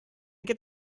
get